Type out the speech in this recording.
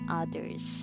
others